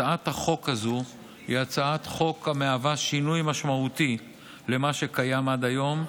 הצעת החוק הזו היא הצעת חוק המהווה שינוי משמעותי למה שקיים עד היום,